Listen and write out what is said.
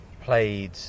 played